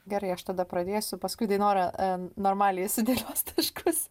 gerai aš tada pradėsiu paskui dainora normaliai sudėlios taškus